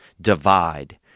divide